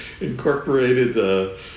incorporated